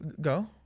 Go